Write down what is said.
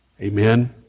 Amen